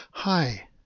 Hi